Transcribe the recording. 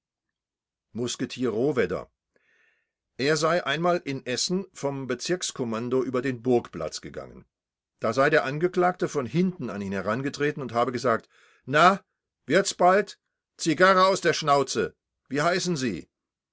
musketier rohwedder er sei einmal in essen vom bezirkskommando über den burgplatz gegangen da sei der angeklagte von hinten an ihn herangetreten und habe gesagt na wird's bald zigarre aus der schnauze wie heißen sie